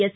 S